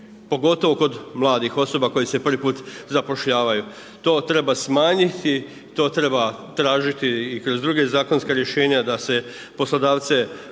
pogotovo kod mladih osoba koje se prvi put zapošljavaju. To treba smanjiti to treba tražiti i korz druge zakonske rješenja, da se poslodavce